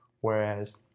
Whereas